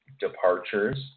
departures